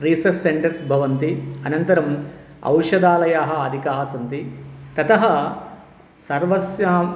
रीसस् centres भवन्ति अनन्तरम् औषधालयाः अधिकाः सन्ति ततः सर्वस्यां